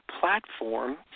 platform